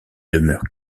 demeurent